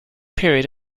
period